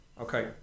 Okay